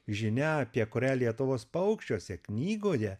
žinia apie kurią lietuvos paukščiuose knygoje